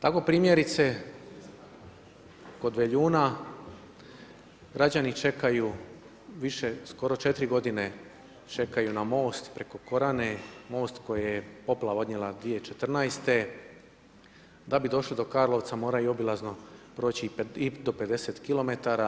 Tako primjerice kod Veljuna, građani čekaju više skoro 4 godine čekaju na most preko Korane, most koji je poplava odnijela 2014. da bi došli do Karlovca moraju obilazno proći i do 50km.